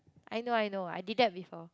I know I know I did that before